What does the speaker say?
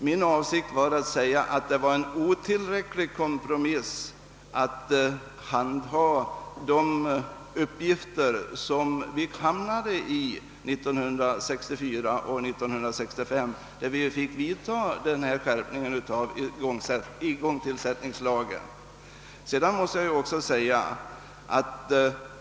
Min avsikt var att säga att det var en otillräcklig kompromiss när det gällde handhavandet av dessa ting, och som det också visade sig i den situation som vi hamnade i 1964 och 1965, då vi fick vidta en skärpning av igångsättningslagen.